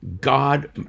God